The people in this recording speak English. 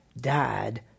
died